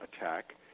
attack